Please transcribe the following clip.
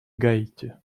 гаити